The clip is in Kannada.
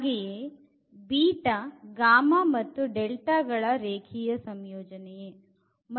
ಹಾಗೆಯೆ ಗಳ ರೇಖೀಯ ಸಂಯೋಜನೆಯೇ